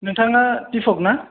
नोंथाङा दिपक ना